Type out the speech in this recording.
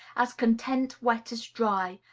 as content wet as dry,